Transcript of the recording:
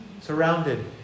surrounded